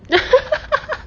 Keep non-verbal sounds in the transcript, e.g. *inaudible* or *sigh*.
*laughs*